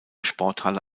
sporthalle